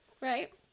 Right